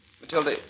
Matilda